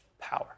power